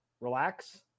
relax